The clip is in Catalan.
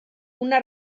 una